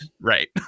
Right